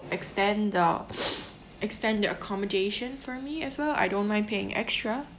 extend the extend the accommodation for me as well I don't mind paying extra